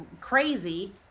crazy